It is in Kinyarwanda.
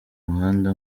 muhanda